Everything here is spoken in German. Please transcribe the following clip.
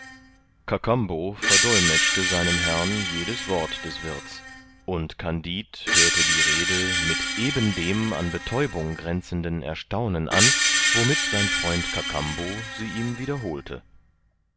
kakambo verdolmetschte seinem herrn jedes wort des wirths und kandid hörte die rede mit eben dem an betäubung grenzenden erstaunen an womit sein freund kakambo sie ihm wiederholte